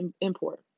import